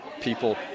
people